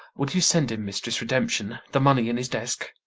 will you send him, mistress, redemption, the money in his desk?